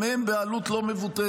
גם הם בעלות לא מבוטלת.